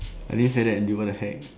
I didn't say that dude what the heck